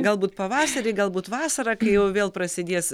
galbūt pavasarį galbūt vasarą kai jau vėl prasidės